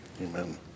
Amen